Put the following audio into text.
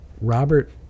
Robert